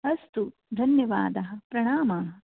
अस्तु धन्यवादः प्रणामाः